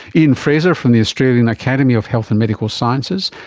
ian frazer from the australian academy of health and medical sciences,